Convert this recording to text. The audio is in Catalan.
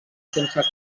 sense